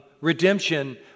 redemption